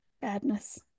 badness